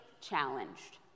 challenged